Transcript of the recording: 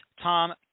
Tom